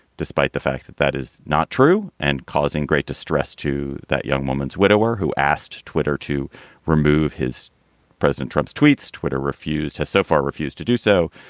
despite the fact that that is not true and causing great distress to that young woman's widower who asked twitter to remove his president. trump's tweets, twitter refused has so far refused to do so.